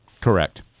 correct